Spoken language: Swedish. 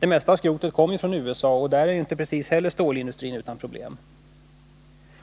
Det mesta av skrotet kommer ju från USA, och inte heller där är stålindustrierna utan problem.